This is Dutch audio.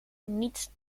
niet